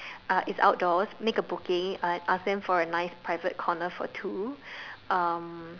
uh it's outdoors make a booking uh ask them for a nice private corner for two um